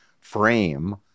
frame